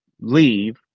leave